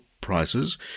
prices